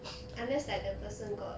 at least like the person got